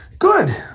Good